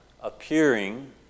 appearing